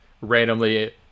randomly